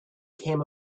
came